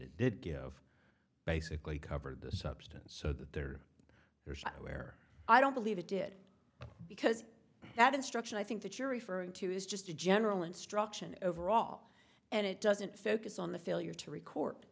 it did give basically covered the substance so that there here's where i don't believe it did because that instruction i think that you're referring to is just a general instruction overall and it doesn't focus on the failure to record